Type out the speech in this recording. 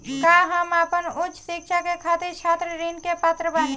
का हम आपन उच्च शिक्षा के खातिर छात्र ऋण के पात्र बानी?